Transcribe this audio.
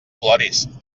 ploris